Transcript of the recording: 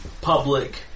public